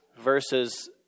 versus